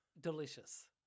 Delicious